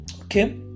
okay